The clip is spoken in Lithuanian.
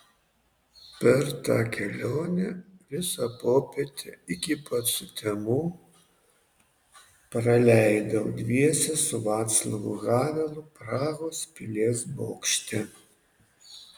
per tą kelionę visą popietę iki pat sutemų praleidau dviese su vaclavu havelu prahos pilies bokšte